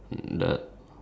does yours have